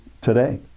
today